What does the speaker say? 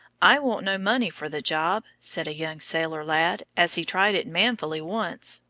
i want no money for the job, said a young sailor lad, as he tried it manfully once,